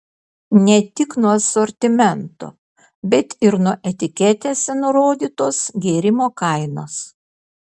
ne tik nuo asortimento bet ir nuo etiketėse nurodytos gėrimo kainos